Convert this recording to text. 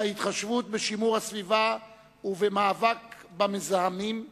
בהתחשבות בשימור הסביבה ובמאבק במזהמים.